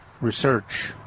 research